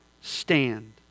stand